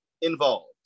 involved